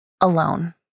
alone